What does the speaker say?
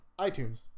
iTunes